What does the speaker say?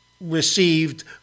received